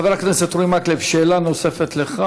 חבר הכנסת אורי מקלב, שאלה נוספת לך.